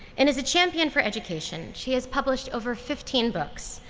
and is a champion for education. she has published over fifteen books,